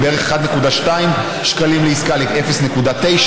מבערך 1.2 שקלים לעסקה ל-0.9.